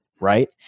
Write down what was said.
right